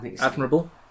Admirable